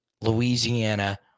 Louisiana